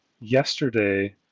yesterday